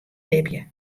libje